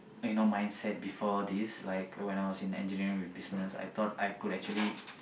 you know mindset before this like when I was in engineering with business I thought I could actually